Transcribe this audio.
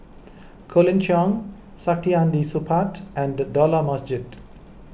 Colin Cheong Saktiandi Supaat and Dollah Majid